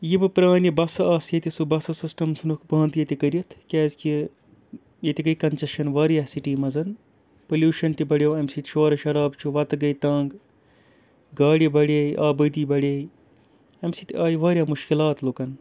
یہِ بہٕ پرٛانہِ بَسہٕ آسہٕ ییٚتہِ سُہ بَسہٕ سِسٹَم ژھٕنُکھ بنٛد ییٚتہِ کٔرِتھ کیٛازِکہِ ییٚتہِ گٔے کَنَجَشَن واریاہ سِٹی منٛز پوٚلیٚوشَن تہِ بَڑیو اَمہِ سۭتۍ شورٕ شراب چھُ وَتہٕ گٔے تنٛگ گاڑِ بَڑے آبٲدی بَے اَمہِ سۭتۍ آیہِ واریاہ مُشکِلات لُکَن